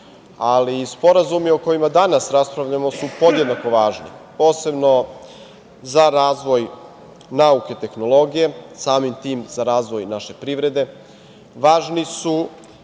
Ali, sporazumi o kojima danas raspravljamo su podjednako važni, posebno sa razvoj nauke i tehnologije, samim tim za razvoj naše privrede.